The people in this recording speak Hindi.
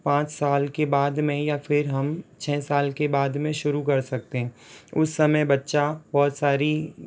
पाँच साल के बाद में या फिर हम छः साल के बाद में शुरू कर सकते हैं उस समय बच्चा बहुत सारी